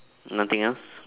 nothing else